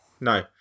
No